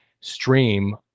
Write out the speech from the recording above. stream